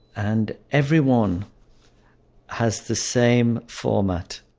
and every one has the same format.